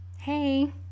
Hey